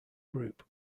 group